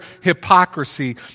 hypocrisy